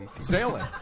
Sailing